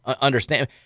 understand